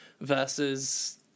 versus